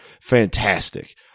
Fantastic